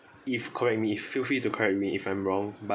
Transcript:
if correct me feel free to correct me if I'm wrong but